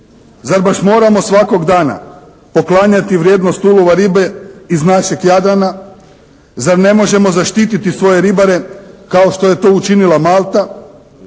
Zar baš moramo svakog dana poklanjati vrijednost ulova ribe iz našeg Jadrana? Zar ne možemo zaštititi svoje ribare kao što je to učinila Malta,